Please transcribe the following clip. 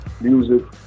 music